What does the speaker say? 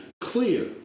clear